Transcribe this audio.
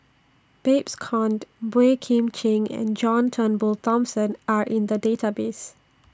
Babes Conde Boey Kim Cheng and John Turnbull Thomson Are in The Database